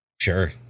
Sure